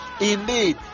indeed